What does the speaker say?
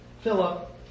Philip